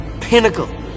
pinnacle